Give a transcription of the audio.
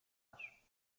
twarz